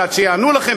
ועד שיענו לכם,